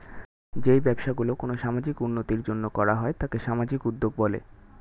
যেই ব্যবসাগুলি কোনো সামাজিক উন্নতির জন্য করা হয় তাকে সামাজিক উদ্যোগ বলে